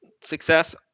success